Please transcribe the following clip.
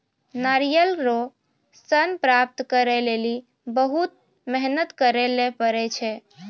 नारियल रो सन प्राप्त करै लेली बहुत मेहनत करै ले पड़ै छै